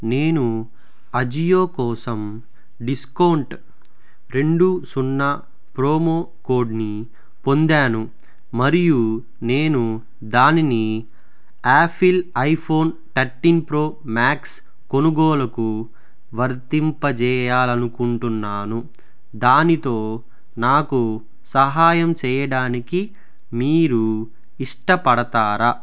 నేను అజియో కోసం డిస్కౌంట్ రెండు సున్నా ప్రోమో కోడ్ని పొందాను మరియు నేను దానిని Apple iPhone thirteen pro max కొనుగోలుకు వర్తింపజేయాలి అనుకుంటున్నాను దానితో నాకు సహాయం చేయడానికి మీరు ఇష్టపడతారా